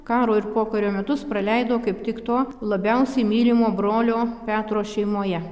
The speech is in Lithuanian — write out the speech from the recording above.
karo ir pokario metus praleido kaip tik to labiausiai mylimo brolio petro šeimoje